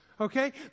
Okay